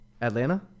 Atlanta